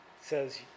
says